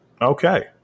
Okay